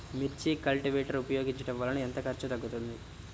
మిర్చి కల్టీవేటర్ ఉపయోగించటం వలన ఎంత ఖర్చు తగ్గుతుంది?